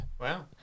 Wow